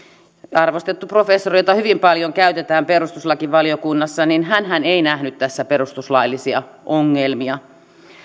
arvostettu professori jota hyvin paljon käytetään perustuslakivaliokunnassa ei nähnyt tässä perustuslaillisia ongelmia